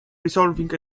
resolving